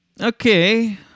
Okay